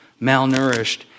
malnourished